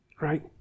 right